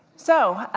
so,